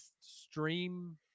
stream